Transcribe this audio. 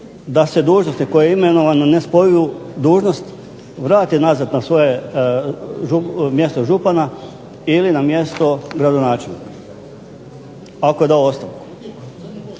da se dužnosnik koji je imenovan na nespojivu dužnost vrati nazad na svoje mjesto župana ili mjesto gradonačelnika, ako je dao ostavku,